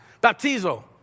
baptizo